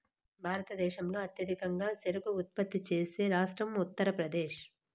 భారతదేశంలో అత్యధికంగా చెరకు ఉత్పత్తి చేసే రాష్ట్రం ఉత్తరప్రదేశ్